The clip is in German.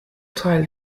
teil